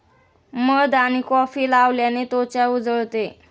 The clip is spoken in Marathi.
मध आणि कॉफी लावल्याने त्वचा उजळते